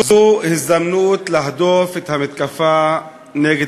זאת הזדמנות להדוף את המתקפה נגד